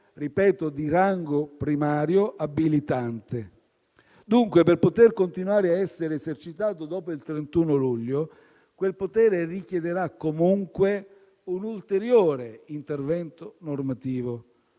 ripeto - di rango primario abilitante. Dunque, per poter continuare a essere esercitato dopo il 31 luglio, quel potere richiederà, comunque, un ulteriore intervento normativo,